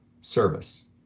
service